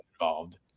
involved